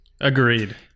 Agreed